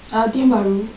ah tiongk bahru